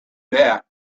back